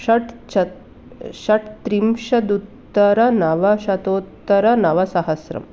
षट् च षट्त्रिंशदुत्तरनवशतोत्तरनवसहस्रम्